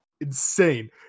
insane